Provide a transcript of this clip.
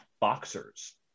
boxers